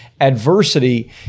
adversity